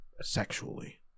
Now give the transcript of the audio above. sexually